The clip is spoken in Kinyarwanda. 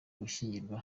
gushyingiranwa